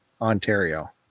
Ontario